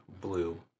blue